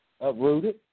uprooted